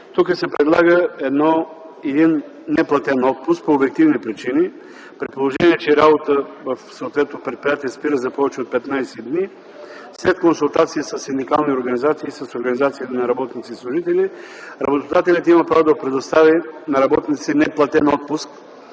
тук се предлага един неплатен отпуск по обективни причини, при положение че работата в съответното предприятие спира за повече от 15 дни. След консултация със синдикални организации и с организации на работници и служители, работодателят има право да предостави на работниците неплатен отпуск